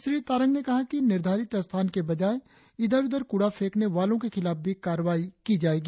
श्री तारंग ने कहा कि निर्धारित स्थान के बजाय इधर उधर कूड़ा फेकने वालों के खिलाफ भी कार्रवाई की जाएगी